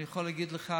אני יכול להגיד לך